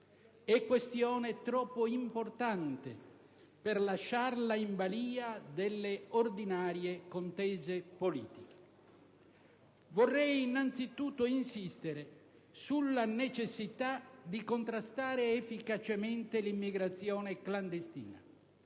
È questione troppo importante per lasciarla in balìa delle ordinarie contese politiche. Vorrei innanzitutto insistere sulla necessità di contrastare efficacemente l'immigrazione clandestina.